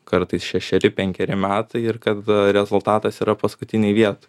kartais šešeri penkeri metai ir kad rezultatas yra paskutinėj viet